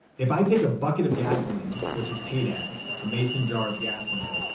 if i take a bucket of gasoline, which is paid ads, a mason jar of gasoline,